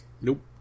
Nope